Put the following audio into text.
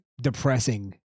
depressing